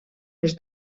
les